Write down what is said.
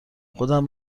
خودم